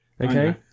Okay